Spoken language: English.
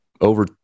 over